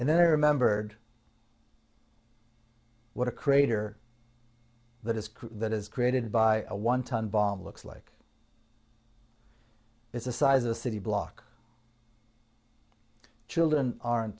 and then i remembered what a crater that is that is created by a one ton bomb looks like it's the size of a city block children aren't